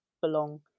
belong